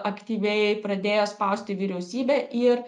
aktyviai pradėjo spausti vyriausybę ir